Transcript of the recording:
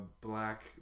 black